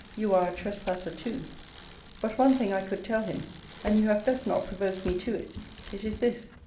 you are a trespasser too but one thing i could tell him and you have best not provoke me to it it is this,